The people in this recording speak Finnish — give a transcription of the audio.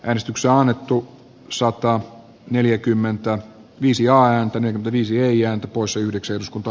äänestykse annettu sokka neljäkymmentä viisi ääntä nyt viisi ja pois yhdeksi uskonto